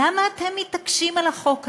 למה אתם מתעקשים על החוק הזה?